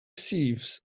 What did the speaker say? sieves